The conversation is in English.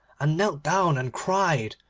and knelt down and cried,